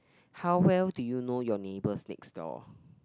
how well do you know your neighbors next door